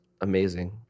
amazing